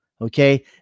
Okay